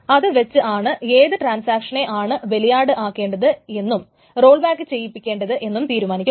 അത് വെച്ച് ആണ് ഏത് ട്രാന്സാക്ഷനെ ആണ് ബലിയാട് ആക്കേണ്ടത് എന്നും റോൾ ബാക്ക് ചെയ്യിപ്പിക്കേണ്ടത് എന്നും തീരുമാനിക്കുന്നത്